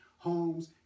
homes